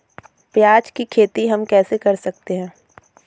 प्याज की खेती हम कैसे कर सकते हैं?